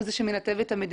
הוא זה שמנתב את המדיניות.